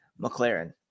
McLaren